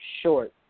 short